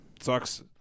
sucks